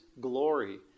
glory